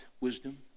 wisdom